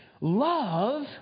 Love